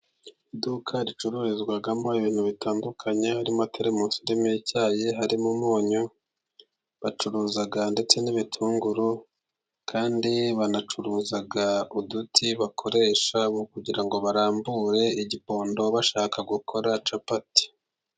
Iduka ricururizwamo ibintu bitandukanye harimo teremusi irimo icyayi, harimo umunyu, bacuruza ndetse n'ibitunguru, kandi banacuruza uduti bakoresha mu kugira ngo barambure igipondo, bashaka gukora capati.